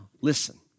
listen